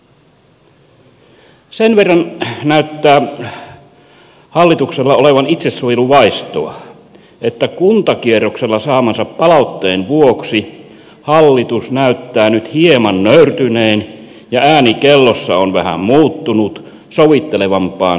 sen verran näyttää hallituksella olevan itsesuojeluvaistoa että kuntakierroksella saamansa palautteen vuoksi hallitus näyttää nyt hieman nöyrtyneen ja ääni kellossa on vähän muuttunut sovittelevampaan suuntaan